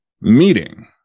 meeting